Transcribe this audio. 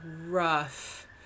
rough